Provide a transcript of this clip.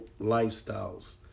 lifestyles